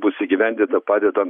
bus įgyvendinta padedant